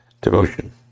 devotion